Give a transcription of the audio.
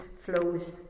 flows